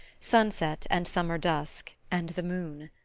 sunset, and summer dusk, and the moon.